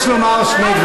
חברי הכנסת,